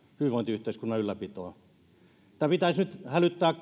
hyvinvointiyhteiskunnan ylläpitoon kaikkien kellojen pitäisi nyt hälyttää